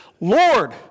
Lord